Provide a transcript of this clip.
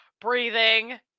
breathing